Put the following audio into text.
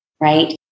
right